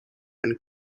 and